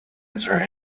answer